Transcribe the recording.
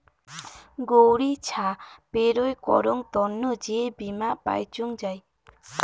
গৌড়ি ছা পেরোয় করং তন্ন যে বীমা পাইচুঙ যাই